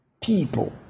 people